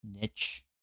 niche